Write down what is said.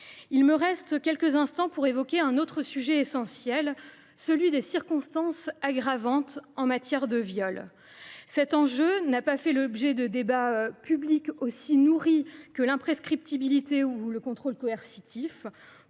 Il me reste quelques instants pour évoquer un autre sujet essentiel : celui des circonstances aggravantes en matière de viol. Cet enjeu n’a pas fait l’objet de débats publics aussi nourris que l’imprescriptibilité ou le contrôle coercitif.